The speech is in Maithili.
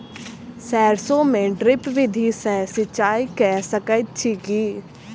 सैरसो मे ड्रिप विधि सँ सिंचाई कऽ सकैत छी की?